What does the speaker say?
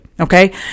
okay